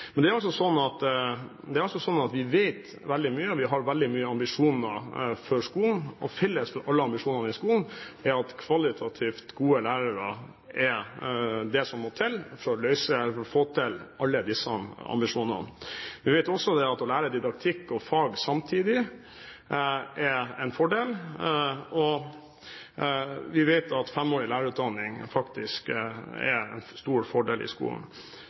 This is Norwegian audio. Men vi vet veldig mye, og vi har veldig store ambisjoner for skolen. Felles for alle ambisjonene for skolen er at kvalitativt gode lærere er det som må til for å få til disse ambisjonene. Vi vet også at det å lære didaktikk og fag samtidig er en fordel, og vi vet at femårig lærerutdanning faktisk er en stor fordel i skolen.